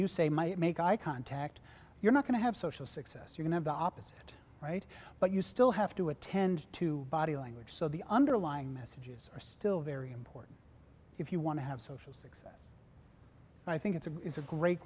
you say might make eye contact you're not going to have social success you can have the opposite right but you still have to attend to body language so the underlying messages are still very important if you want to have social success i think it's a it's a great